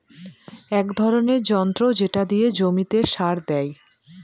এক ধরনের যন্ত্র যেটা দিয়ে জমিতে সার দেয়